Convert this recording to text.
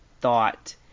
thought